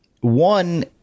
One